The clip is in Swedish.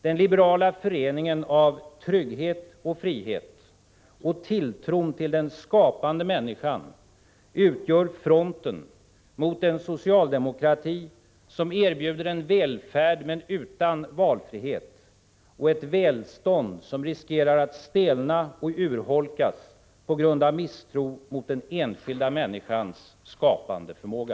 Den liberala föreningen av trygghet och frihet och tilltron till den skapande människan utgör fronten mot en socialdemokrati som erbjuder en välfärd utan valfrihet och ett välstånd som riskerar att stelna och urholkas på grund av misstro mot den enskilda människans skapande förmåga.